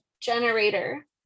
generator